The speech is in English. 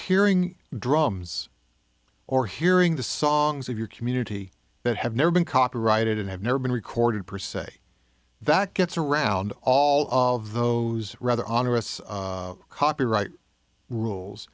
hearing drums or hearing the songs of your community that have never been copyrighted and have never been recorded percent that gets around all of those rather honoris copyright rules